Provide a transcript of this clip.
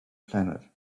planet